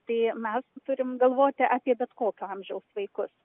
tai mes turim galvoti apie bet kokio amžiaus vaikus